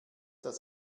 das